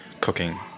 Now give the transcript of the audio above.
cooking